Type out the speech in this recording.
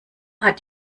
hat